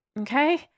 Okay